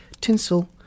Tinsel